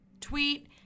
tweet